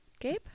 Gabe